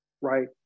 right